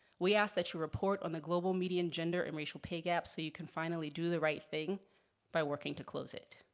we ask that you report on the global median gender and racial pay gap so you can finally do the right thing by working to close it.